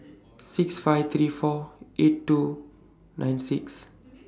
six five three four eight two nine six